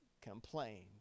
complained